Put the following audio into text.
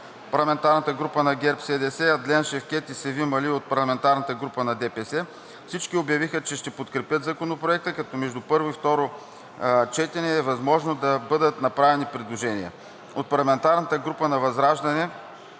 парламентарната група на ГЕРБ-СДС, Адлен Шевкед и Севим Али от парламентарната група на ДПС. Всички обявиха, че ще подкрепят Законопроекта, като между първо и второ четене е възможно да бъдат направени предложения. От парламентарната група на ВЪЗРАЖДАНЕ